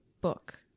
book